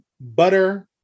Butter